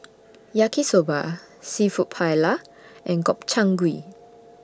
Yaki Soba Seafood Paella and Gobchang Gui